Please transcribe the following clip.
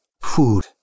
Food